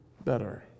better